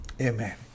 amen